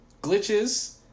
glitches